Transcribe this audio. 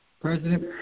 president